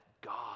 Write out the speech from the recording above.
God